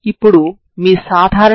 ఇది మీ బిందువు